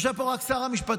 יושב פה רק שר המשפטים,